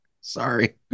Sorry